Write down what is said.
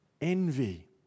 envy